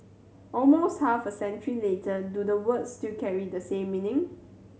almost half a century later do the words still carry the same meaning